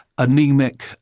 Anemic